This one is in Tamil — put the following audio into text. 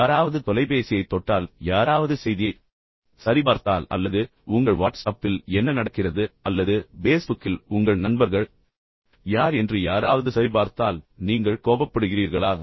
யாராவது உங்கள் தொலைபேசியைத் தொட்டால் அல்லது யாராவது செய்தியைச் சரிபார்த்தால் அல்லது உங்கள் வாட்ஸ்அப்பில் என்ன நடக்கிறது அல்லது பேஸ்புக்கில் உங்கள் நண்பர்கள் யார் என்று யாராவது சரிபார்த்தால் நீங்கள் கோபப்படுகிறீர்களா